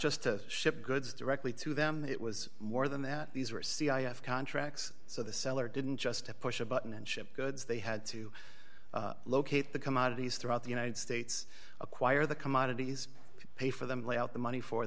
just to ship goods directly to them it was more than that these were c i s contracts so the seller didn't just push a button and ship goods they had to locate the commodities throughout the united states acquire the commodities pay for them lay out the money for